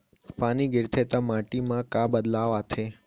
पानी गिरथे ता माटी मा का बदलाव आथे?